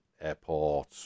airport